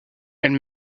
elle